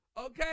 Okay